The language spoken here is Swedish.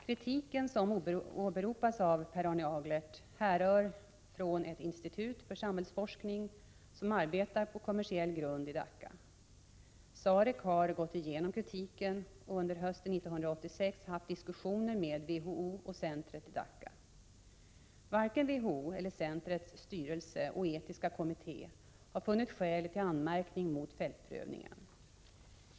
Kritiken som åberopas av Per Arne Aglert härrör från ett institut för samhällsforskning, som arbetar på kommersiell grund i Dacca. SAREC har gått igenom kritiken och under hösten 1986 haft diskussioner med WHO och centret i Dacca. Varken WHO eller centrets styrelse och etiska kommitté har funnit skäl till anmärkning mot fältprövningen.